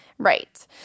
Right